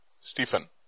Stephen